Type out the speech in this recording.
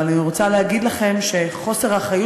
אבל אני רוצה להגיד לכם שחוסר האחריות